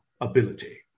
ability